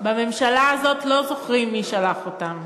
בממשלה הזאת לא זוכרים מי שלח אותם.